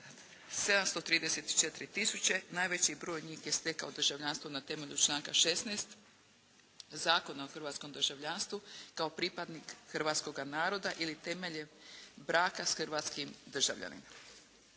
734 tisuće, najveći broj njih je stekao državljanstvo na temelju članka 16. Zakona o hrvatskom državljanstvu kao pripadnik hrvatskoga naroda ili temeljem braka s hrvatskim državljaninom.